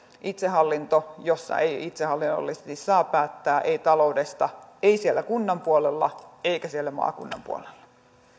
itsehallinto jossa ei itsehallinnollisesti saa päättää taloudesta ei siellä kunnan puolella eikä siellä maakunnan puolella